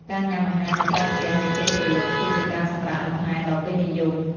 ការញ៉ាំអាហារនៅក្រៅផ្ទះនាពេលព្រលប់ គឺជាការសម្រាកលម្ហែដ៏ពេញនិយម។